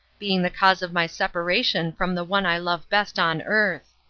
being the cause of my separation from the one i love best on earth.